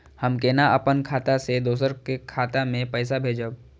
हम केना अपन खाता से दोसर के खाता में पैसा भेजब?